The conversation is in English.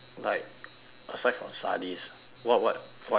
aside from studies what what what interest you